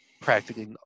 practically